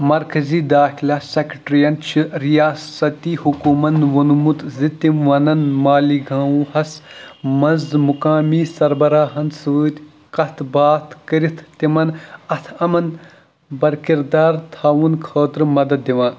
مرکزی داخلہ سٮ۪کٹرین چھِ ریاستی حکوٗمن ووٚنمُت زِ تِم ونن مالی گاوہس منٛز مُقامی سربراہن سۭتۍ کتھ باتھ کٔرِتھ تِمن اتھ اَمن برکِردار تھاونہٕ خٲطرٕ مدد دِوان